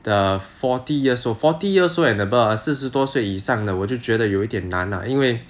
the forty years old forty years old and above ah 四十多岁以上的我就觉得有一点难啊因为